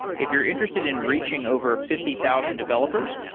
if you're interested in reaching over fifty thousand developers,